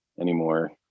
anymore